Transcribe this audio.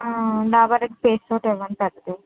Dabur red paste ఒకటి ఇవ్వండి పెద్దది